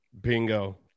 Bingo